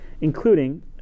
including